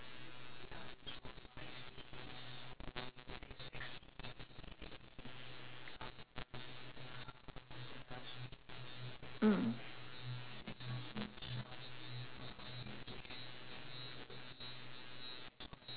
mm